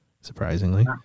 surprisingly